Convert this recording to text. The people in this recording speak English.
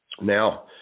now